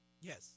Yes